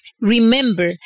Remember